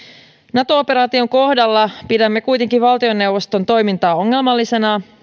nato operaation kohdalla pidämme kuitenkin valtioneuvoston toimintaa ongelmallisena